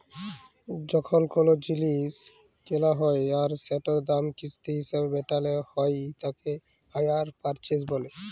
যখন কোলো জিলিস কেলা হ্যয় আর সেটার দাম কিস্তি হিসেবে মেটালো হ্য়য় তাকে হাইয়ার পারচেস বলে